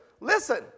Listen